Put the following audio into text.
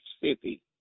city